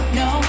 no